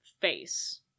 face